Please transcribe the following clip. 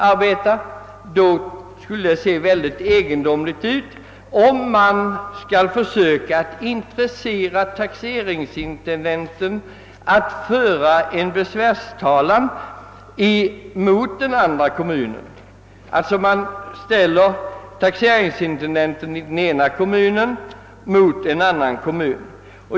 Det skulle se väldigt egendomligt ut, om en kommun försökte intressera taxeringsintendenten att föra besvärstalan för den ena kommunen mot en annan kommun i samma län.